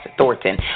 thornton